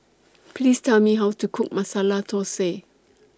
Please Tell Me How to Cook Masala Thosai